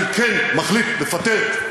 אני כן מחליט לפטר,